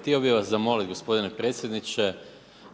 Htio bih vas zamoliti gospodine predsjedniče,